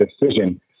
decision